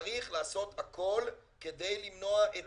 צריך לעשות הכול כדי למנוע את